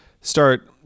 start